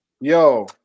Yo